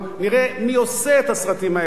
נראה מי עושה את הסרטים האלה.